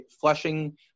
flushing